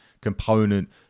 component